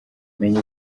menya